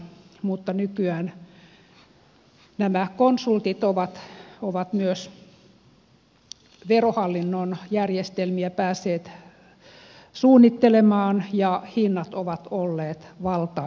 mutta nykyään nämä konsultit ovat myös verohallinnon järjestelmiä päässeet suunnittelemaan ja hinnat ovat olleet valtaisia